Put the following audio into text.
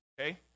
okay